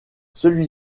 celui